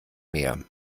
meer